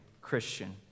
Christian